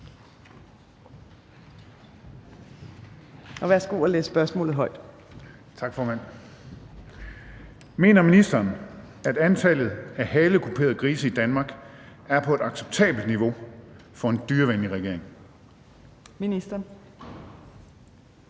Torsten Gejl (ALT): Tak, formand. Mener ministeren, at antallet af halekuperede grise i Danmark er på et acceptabelt niveau for en dyrevenlig regering? Kl.